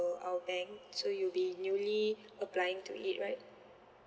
our bank so you'll be newly applying to it right